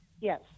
yes